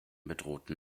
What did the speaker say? bedrohten